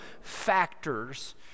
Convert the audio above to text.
factors